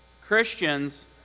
Christians